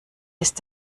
ist